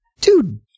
Dude